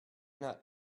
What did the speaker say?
not